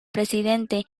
presidente